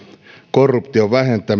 korruption vähentäminen